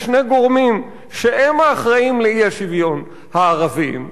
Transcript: יש שני גורמים שהם האחראים לאי-שוויון: הערבים והחרדים.